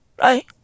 Right